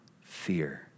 fear